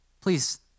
please